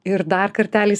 ir dar kartelis